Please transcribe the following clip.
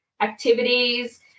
activities